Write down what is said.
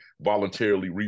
voluntarily